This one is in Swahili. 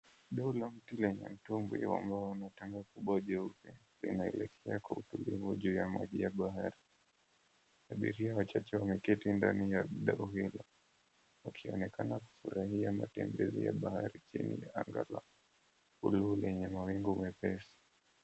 Dau la mti lenye mtumbwi ambao una tanga kubwa jeupe linaelekea kwa utulivu juu ya maji ya bahari. Abiria wachache wameketi ndani ya dau hilo, wakionekana kufurahia matembezi ya bahari chini ya anga la buluu lenye mawingu mepesi.